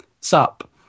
Sup